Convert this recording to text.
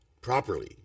properly